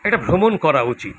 একটা ভ্রমণ করা উচিত